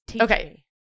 Okay